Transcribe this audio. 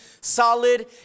Solid